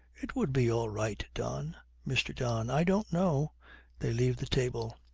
it would be all right, don mr. don. i don't know they leave the table.